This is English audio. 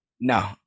No